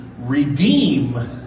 redeem